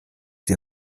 die